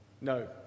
No